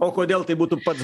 o kodėl tai būtų pats